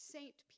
Saint